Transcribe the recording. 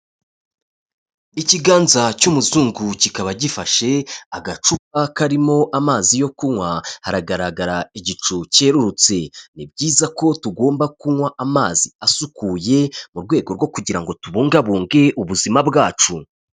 Ikiganza cy'umuzungu kikaba gifashe agacupa karimo amazi yo kunywa haragaragara igicu cyerurutse. Ni byiza ko tugomba kunywa amazi asukuye, mu rwego rwo kugira ngo tubungabunge ubuzima bwacu.